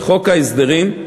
וחוק ההסדרים,